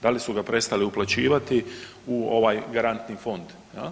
Da li su ga prestale uplaćivati u ovaj garantni fond?